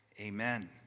Amen